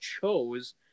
chose